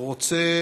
אני רוצה